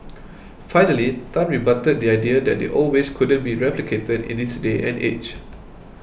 finally Tan rebutted the idea that the old ways couldn't be replicated in this day and age